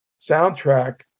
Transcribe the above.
soundtrack